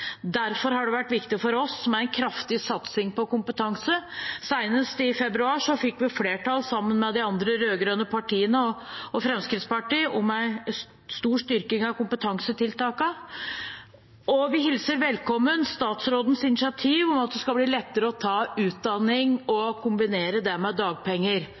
Derfor har det vært viktig for oss med en kraftig satsing på kompetanse. Senest i februar fikk vi flertall, sammen med de andre rød-grønne partiene og Fremskrittspartiet, for en stor styrking av kompetansetiltakene. Og vi hilser velkommen statsrådens initiativ om at det skal bli lettere å ta utdanning og kombinere det med dagpenger.